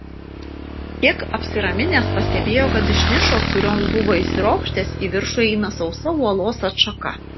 kiek apsiraminęs pastebėjo kad iš nišos kurion buvo įsiropštęs į viršų eina sausa uolos atšaka